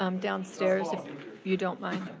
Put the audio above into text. um downstairs if you don't mind.